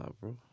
bro